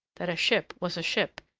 that a ship was a ship,